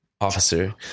Officer